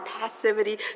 passivity